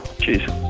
cheers